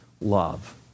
love